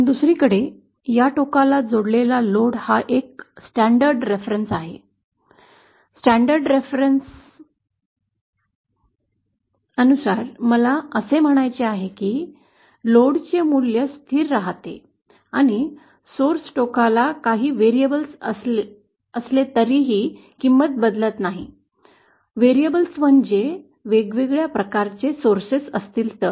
दुसरीकडे या टोकाला जोडलेला भार हा एक मानक संदर्भ आहे मानक संदर्भानुसार मला असे म्हणायचे आहे की भाराचे हे मूल्य स्थिर राहते आणि स्रोत टोकाला काही चर असले तरी ही किंमत बदलत नाही चर म्हणजे वेगवेगळ्या प्रकारचे स्रोत असतील तर